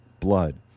blood